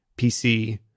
PC